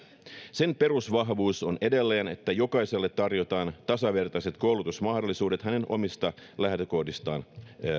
sen perusvahvuus on edelleen että jokaiselle tarjotaan tasavertaiset koulutusmahdollisuudet hänen omista lähtökohdistaan riippumatta